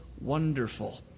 Wonderful